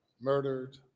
murdered